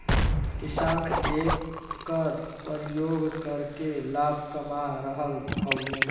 किसान एकर परियोग करके लाभ कमा रहल हउवन